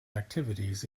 activities